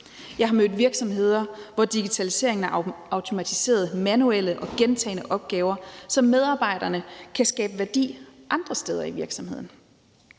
Jeg har mødt virksomheder, hvor digitaliseringen har automatiseret manuelle og gentagne opgaver, så medarbejderne kan skabe værdi andre steder i virksomheden.